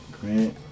Grant